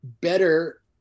better